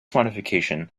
modification